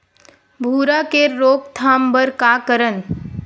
भूरा के रोकथाम बर का करन?